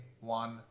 one